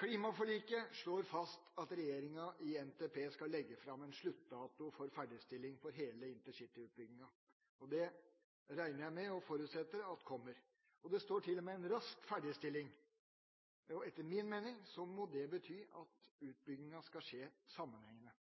Klimaforliket slår fast at regjeringa i NTP skal legge fram en sluttdato for ferdigstilling av hele intercityutbyggingen, og det forutsetter jeg kommer. Det står til og med en rask ferdigstilling. Etter min mening må det bety at utbyggingen skal skje sammenhengende.